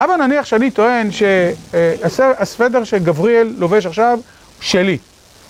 אבל נניח שאני טוען שהסוודר שגבריאל לובש עכשיו, שלי.